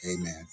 amen